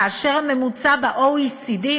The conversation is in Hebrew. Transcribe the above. כאשר הממוצע ב-OECD,